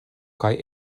kaj